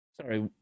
Sorry